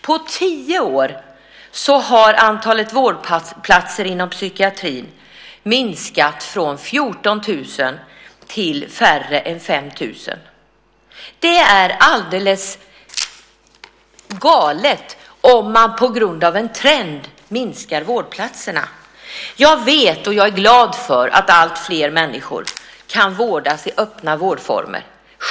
På tio år har antalet vårdplatser inom psykiatrin minskat från 14 000 till mindre än 5 000. Det är alldeles galet om man på grund av en trend minskar vårdplatserna. Jag vet, och jag är glad för, att alltfler människor kan vårdas i öppna vårdformer.